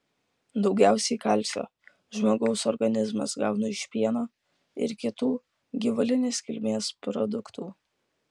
daugiausiai kalcio žmogaus organizmas gauna iš pieno ir kitų gyvulinės kilmės produktų